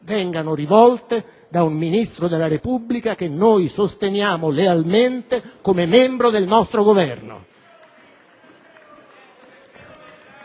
vengano rivolte da un Ministro della Repubblica che noi sosteniamo lealmente come membro del nostro Governo.